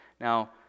Now